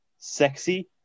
sexy